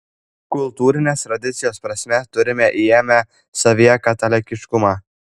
kultūrinės tradicijos prasme turime įėmę savyje katalikiškumą